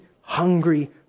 hungry